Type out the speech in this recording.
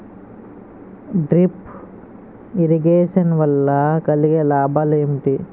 Drip irrigation వల్ల కలిగే లాభాలు ఏంటి?